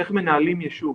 איך מנהלים יישוב.